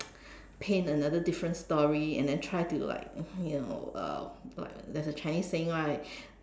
paint another different story and then try to like you know uh like there's a Chinese saying like